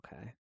Okay